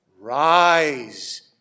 Rise